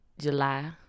July